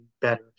better